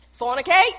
fornicate